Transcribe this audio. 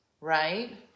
right